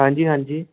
ਹਾਂਜੀ ਹਾਂਜੀ